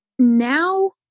Now